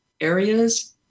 areas